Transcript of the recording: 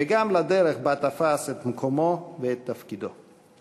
וגם הדרך שבה תפס את מקומו ואת תפקידו.